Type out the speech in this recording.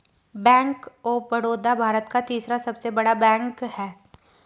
bank of Baroda Bharat का तीसरा सबसे बड़ा बैंक हैं